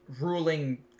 ruling